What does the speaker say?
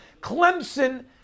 Clemson